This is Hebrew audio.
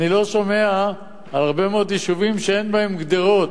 אני לא שומע להרבה מאוד יישובים שאין בהם גדרות,